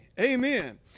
Amen